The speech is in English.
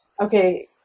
okay